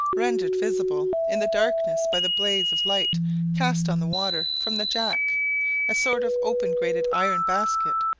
rendered visible in the darkness by the blaze of light cast on the water from the jack a sort of open grated iron basket,